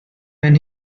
when